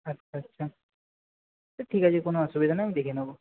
আচ্ছা আচ্ছা তো ঠিক আছে কোনো অসুবিধা নেই আমি দেখে নেব